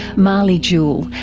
mahlie jewell,